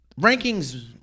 rankings